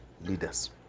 leaders